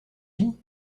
vie